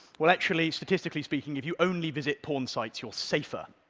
well, actually, statistically speaking, if you only visit porn sites, you're safer.